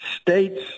states